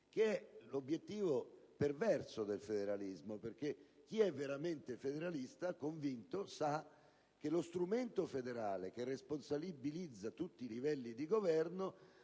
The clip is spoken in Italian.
che è l'obiettivo perverso del federalismo, perché chi è federalista convinto sa che lo strumento federale, che responsabilizza tutti i livelli di governo,